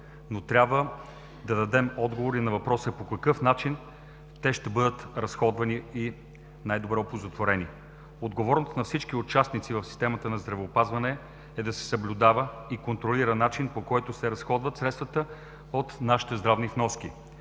но трябва да дадем отговор и на въпроса – по какъв начин те ще бъдат разходвани и най-добре оползотворени? Отговорност на всички участници в системата на здравеопазване е да се съблюдава и контролира начин, по който се разходват средствата от нашите здравни вноски.